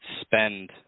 spend